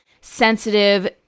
sensitive